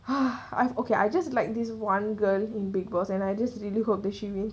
ha I've okay I just like this one girl in big boss and I just really hope that she wins